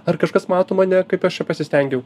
ar kažkas mato mane kaip aš čia pasistengiau